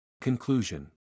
conclusion